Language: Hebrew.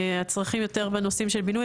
הצרכים יותר בנושאים של בינוי.